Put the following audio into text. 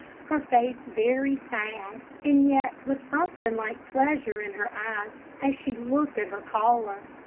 her face very sad, and yet with something like pleasure in her eyes as she looked at her caller.